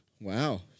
Wow